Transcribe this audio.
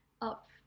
up